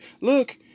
Look